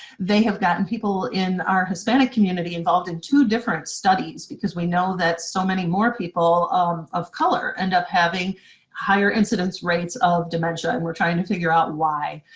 they have gotten people in our hispanic community involved in two different studies because we know that so many more people of of color end up having higher incidents rates of dementia and we're trying to figure out why.